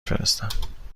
فرستم